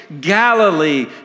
Galilee